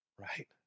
right